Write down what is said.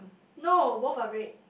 no both are red